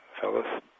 fellows